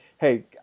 hey